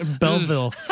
Belleville